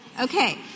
Okay